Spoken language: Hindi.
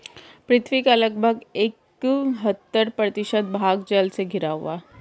पृथ्वी का लगभग इकहत्तर प्रतिशत भाग जल से घिरा हुआ है